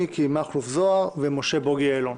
מיקי מכלוף זוהר ומשה בוגי יעלון.